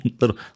little